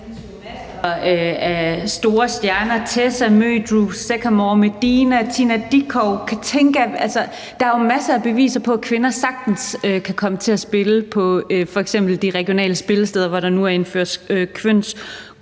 Der er jo masser af beviser på, at kvinder sagtens kan komme til at spille på f.eks. de regionale spillesteder, hvor der nu indføres